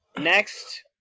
Next